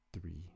three